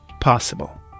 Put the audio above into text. possible